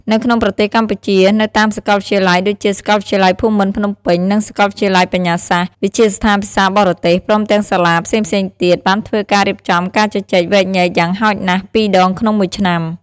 នៅក្នុងប្រទេសកម្ពុជា នៅតាមសាកលវិទ្យាល័យដូចជា សាកលវិទ្យាល័យភូមិន្ទភ្នំពេញ និងសាកលវិទ្យាល័យបញ្ញាសាស្ត្រ វិទ្យាស្ថានភាសាបរទេស ព្រមទាំងសាលាផ្សេងៗទៀត បានធ្វើការរៀបចំការជជែកវែកញែកយ៉ាងហោចណាស់២ដងក្នុងមួយឆ្នាំ។